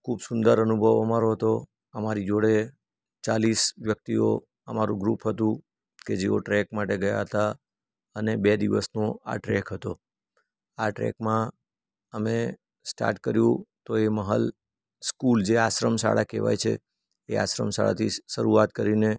ખૂબ સુંદર અનુભવ અમારો હતો અમારી જોડે ચાલીસ વ્યક્તિઓ અમારું ગ્રુપ હતું કે જેઓ ટ્રેક માટે ગયા હતા અને બે દિવસનો આ ટ્રેક હતો આ ટ્રેકમાં અમે સ્ટાટ કર્યું તો એ મહલ સ્કૂલ જે આશ્રમ શાળા કહેવાય છે એ આશ્રમ શાળાથી શરૂઆત કરીને